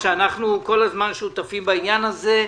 שאנחנו כל הזמן שותפים בעניין הזה.